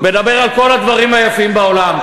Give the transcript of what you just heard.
מדבר על כל הדברים היפים בעולם.